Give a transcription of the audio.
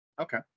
Okay